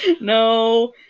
No